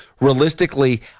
Realistically